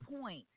point